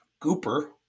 Gooper